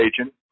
agent